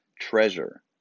treasure